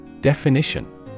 Definition